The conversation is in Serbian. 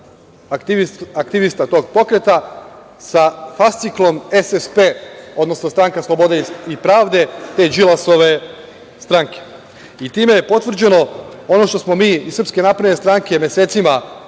aktivista tog pokreta sa fasciklom SPP, odnosno Stranka slobode i pravde te Đilasove stranke i time je potvrđeno ono što smo mi iz SNS mesecima